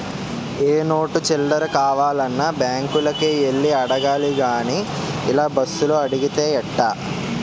ఏ note చిల్లర కావాలన్నా బాంకులకే యెల్లి అడగాలి గానీ ఇలా బస్సులో అడిగితే ఎట్టా